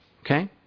Okay